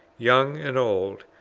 young and old,